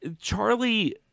Charlie